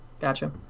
gotcha